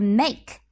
make